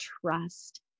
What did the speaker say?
trust